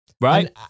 Right